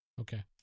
Okay